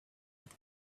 with